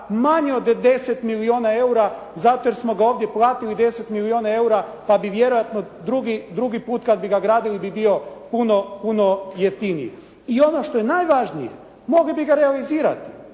manje od 10 milijuna EUR-a zato jer smo ga ovdje platili 10 milijuna EUR-a pa bi vjerojatno drugi put kad bi ga gradili bi bio puno, puno jeftiniji. I ono što je najvažnije mogli bi ga realizirati.